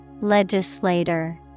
Legislator